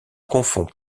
confond